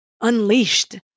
unleashed